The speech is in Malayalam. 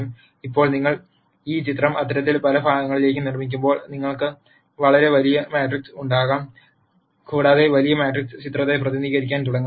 ഇപ്പോൾ നിങ്ങൾ ഈ ചിത്രം അത്തരം പല ഭാഗങ്ങളിലേക്കും നിർമ്മിക്കുമ്പോൾ നിങ്ങൾക്ക് വളരെ വലിയ മാട്രിക്സ് ഉണ്ടാകും കൂടാതെ വലിയ മാട്രിക്സ് ചിത്രത്തെ പ്രതിനിധീകരിക്കാൻ തുടങ്ങും